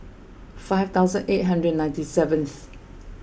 five thousand eight hundred ninety seventh